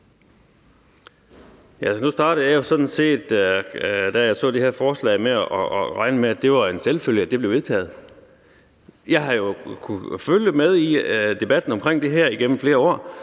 Da jeg så det her forslag, regnede jeg sådan set som en selvfølge med, at det blev vedtaget. Jeg har jo kunnet følge med i debatten om det her igennem flere år,